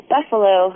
Buffalo